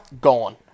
gone